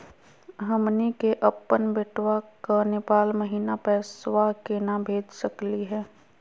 हमनी के अपन बेटवा क नेपाल महिना पैसवा केना भेज सकली हे?